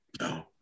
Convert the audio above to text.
No